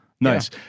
Nice